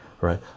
right